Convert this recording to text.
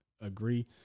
agree